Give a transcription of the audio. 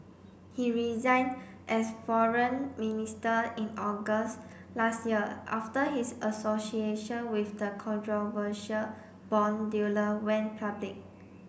he resigned as foreign minister in August last year after his association with the controversial bond dealer went public